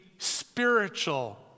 spiritual